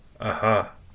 Aha